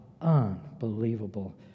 unbelievable